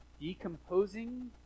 Decomposing